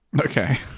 Okay